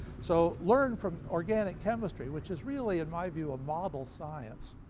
so learn from organic chemistry, which is really in my view a model science,